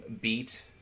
beat